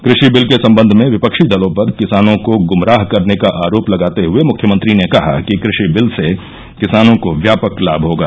कृषि बिल के सम्बन्ध में विपक्षी दलों पर किसानों को गुमराह करने का आरोप लगाते हुये मुख्यमंत्री ने कहा कि कृषि बिल से किसानों को व्यापक लाभ होगा